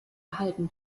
erhalten